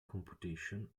computation